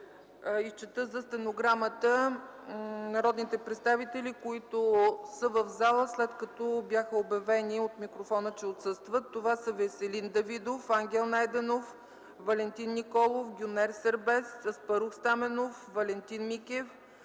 изчета за стенограмата народните представители, които са в пленарната зала, след като бяха обявени от микрофона, че отсъстват. Това са: Веселин Давидов, Ангел Найденов, Валентин Николов, Гюнер Сербез, Аспарух Стаменов, Валентин Микев,